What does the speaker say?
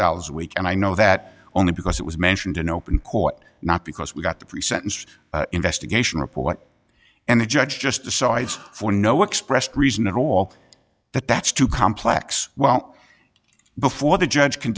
dollars a week and i know that only because it was mentioned in open court not because we've got the pre sentence investigation report what and the judge just decides for no expressed reason at all that that's too complex well before the judge can